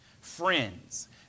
Friends